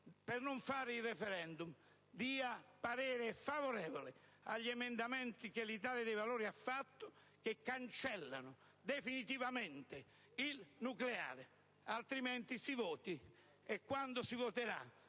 per non fare il *referendum* dia parere favorevole agli emendamenti che l'Italia dei Valori ha presentato che cancellano definitivamente il nucleare. Altrimenti si voti. Quando lo si farà